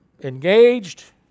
engaged